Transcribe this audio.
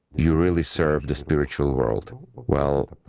you really serve the spiritual world. well,